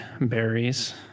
berries